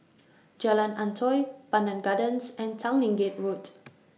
Jalan Antoi Pandan Gardens and Tanglin Gate